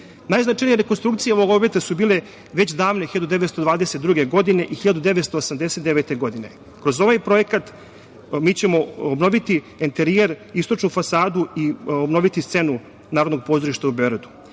dukata. Najznačajnija rekonstrukcija ovog objekta su bile već davne 1922. godine i 1989. godine, kroz ovaj projekat mi ćemo obnoviti enterijere, istočnu fasadu i obnoviti scenu Narodnog pozorišta u Beogradu.